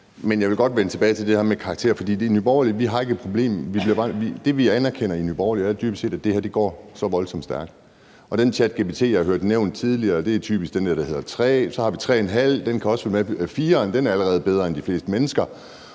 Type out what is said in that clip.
Jeg vil godt vende tilbage til det her med karakterer. For Nye Borgerlige har ikke et problem. Det, vi anerkender i Nye Borgerlige, er dybest set, at det her går så voldsomt stærkt, altså den ChatGPT, jeg har hørt nævnt tidligere, er typisk den her, der hedder ChatGPT-3; så har vi 3.5 – den kan også være med; og 4'eren er allerede bedre end de fleste mennesker.